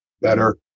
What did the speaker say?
better